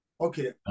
Okay